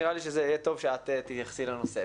נראה לי שזה יהיה טוב שאת תתייחסי לנושא.